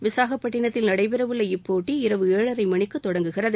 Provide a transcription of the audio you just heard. விசாகப்பட்டிணத்தில் நடைபெறவுள்ள இப்போட்டி இரவு ஏழரர மணிக்கு தொடங்குகிறது